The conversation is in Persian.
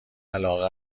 علاقه